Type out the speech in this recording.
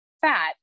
fat